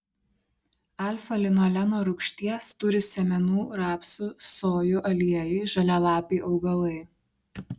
alfa linoleno rūgšties turi sėmenų rapsų sojų aliejai žalialapiai augalai